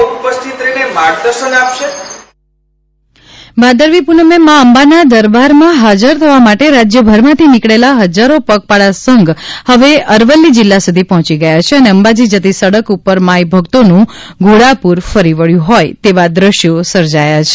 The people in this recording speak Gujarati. શ્રી ભરત પંડ્યાએ વધુ વિગતો આપી બાઇટ ભરત પંડચા ભાદરવી પ્રનમે મા અંબાના દરબારમાં હાજર થવા માટે રાજ્યભરમાંથી નીકળેલા હજારો પગપાળા સંઘ હવે અરવલ્લી જિલ્લા સુધી પહોંચી ગયા છે અને અંબાજી જતી સડક ઉપર માઇ ભક્તોનું ઘોડાપુર ફરી વળ્યું હોય તેવા દેશ્યો સર્જાયા છે